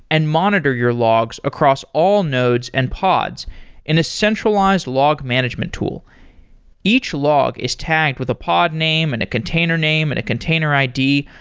and monitor your logs across all nodes and pods in a centralized log management tool each log is tagged with the pod name, and a container name, and a container id,